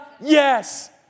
Yes